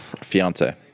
fiance